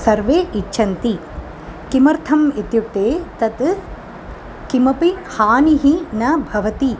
सर्वे इच्छन्ति किमर्थम् इत्युक्ते तत् किमपि हानिः न भवति